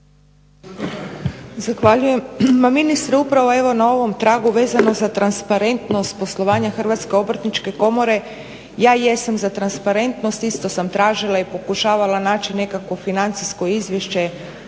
Zahvaljujem. Ma ministre upravo evo na ovom tragu vezano za transparentnost poslovanja Hrvatske obrtničke komore ja jesam za transparentnost. Isto sam tražila i pokušavala naći nekakvo financijsko izvješće